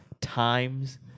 Times